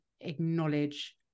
acknowledge